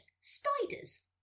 spiders